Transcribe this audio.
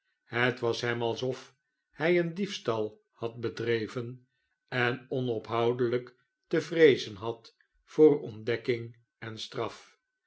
het was hem alsof hij een diefstal had bedreven en onophoudelh'k te vreezen had voor ontdekking en straf